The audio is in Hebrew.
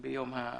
ביום הרצח.